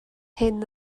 hyn